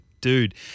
dude